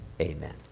Amen